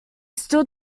stood